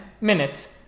minutes